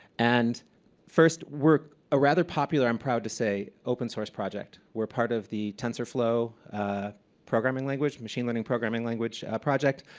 and first we're a rather popular, i'm proud to say, open source project. we're part of the tensorflow programming language, machine learning programming language project.